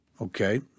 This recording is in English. okay